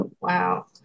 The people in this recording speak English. Wow